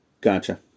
Gotcha